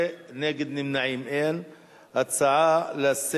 ההצעה להפוך את הצעת חוק לתיקון פקודת